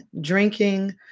drinking